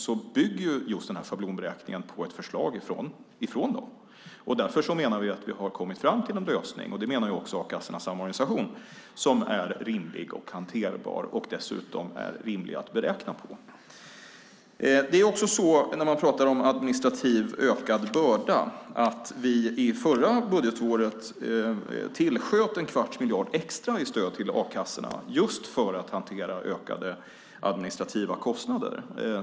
Vi menar därför - och det gör också Arbetslöshetskassornas Samorganisation - att vi har kommit fram till en lösning som är rimlig, hanterbar och dessutom rimlig att beräkna på. När det gäller en ökad administrativ börda är det också så att vi under det förra budgetåret tillsköt en kvarts miljard extra i stöd till a-kassorna just för att de skulle kunna hantera ökade administrativa kostnader.